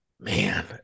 Man